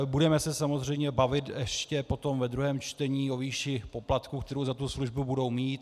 Budeme se samozřejmě bavit ještě potom ve druhém čtení o výši poplatků, které na tu službu budou mít.